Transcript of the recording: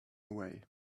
away